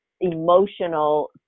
emotional